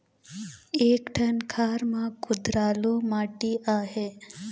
एक ठन खार म कुधरालू माटी आहे?